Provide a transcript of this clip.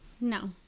no